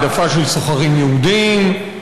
העדפה של סוחרים יהודים,